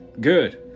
good